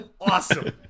Awesome